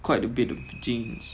quite a bit of jeans